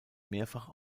mehrfach